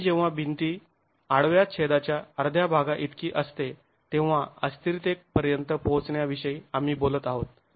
आम्ही जेव्हा भिंता आडव्या छेदाच्या अर्ध्या भागा इतकी असते तेव्हा अस्थिरतेपर्यंत पोहोचण्या विषयी आम्ही बोलत आहोत